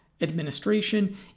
administration